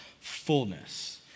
fullness